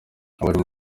abarimu